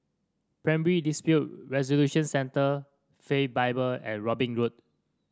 Primary Dispute Resolution Centre Faith Bible and Robin Road